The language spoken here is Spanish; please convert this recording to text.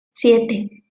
siete